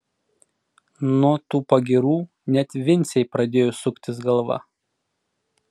nuo tų pagyrų net vincei pradėjo suktis galva